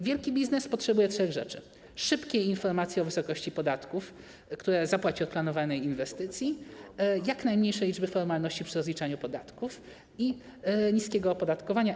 Wielki biznes potrzebuje trzech rzeczy: szybkiej informacji o wysokości podatków, które zapłaci od planowanej inwestycji, jak najmniejszej liczby formalności przy rozliczaniu podatków i niskiego opodatkowania.